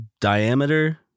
diameter